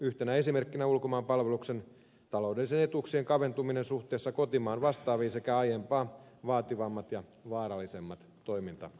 yhtenä esimerkkinä ulkomaanpalveluksen taloudellisten etuuksien kaventuminen suhteessa kotimaan vastaaviin sekä aiempaa vaativammat ja vaarallisemmat toimintaolosuhteet